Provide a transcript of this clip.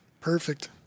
Perfect